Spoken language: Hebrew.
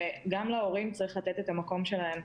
וגם להורים צריך לתת את המקום שלהם.